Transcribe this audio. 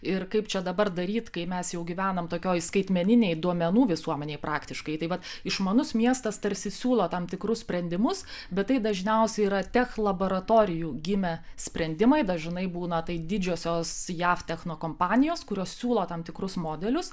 ir kaip čia dabar daryt kai mes jau gyvename tokioj skaitmeninėj duomenų visuomenėj praktiškai tai vat išmanus miestas tarsi siūlo tam tikrus sprendimus bet tai dažniausiai yra tech laboratorijų gimę sprendimai dažnai būna tai didžiosios jav techno kompanijos kurios siūlo tam tikrus modelius